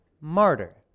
Martyr